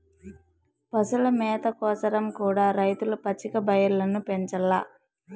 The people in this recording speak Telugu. పశుల మేత కోసరం కూడా రైతులు పచ్చిక బయల్లను పెంచాల్ల